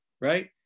right